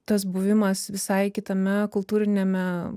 tas buvimas visai kitame kultūriniame